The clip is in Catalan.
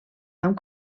amb